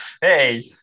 hey